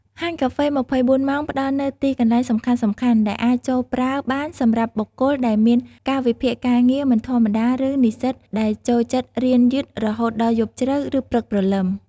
ហាងកាហ្វេ ២៤ ម៉ោងផ្តល់នូវទីកន្លែងសំខាន់ៗដែលអាចចូលប្រើបានសម្រាប់បុគ្គលដែលមាន កាលវិភាគការងារមិនធម្មតាឬ និស្សិត ដែលចូលចិត្តរៀនយឺតរហូតដល់យប់ជ្រៅ ឬព្រឹកព្រលឹម។